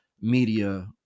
media